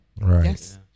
Right